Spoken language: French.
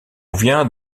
vient